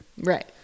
Right